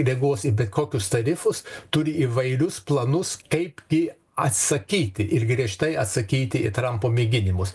reaguos į bet kokius tarifus turi įvairius planus kaip tie atsakyti ir griežtai atsakyti į trampo mėginimus